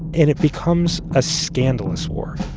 and it becomes a scandalous war